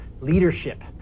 leadership